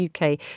UK